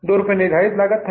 2 रुपये निर्धारित लागत है